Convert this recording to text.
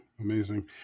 Amazing